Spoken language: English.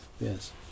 Yes